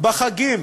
בחגים